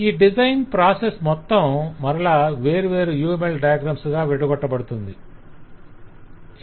ఈ design process మొత్తం మరల వేర్వేరు UML డయాగ్రమ్స్ గా విడగొట్టబడుతోంది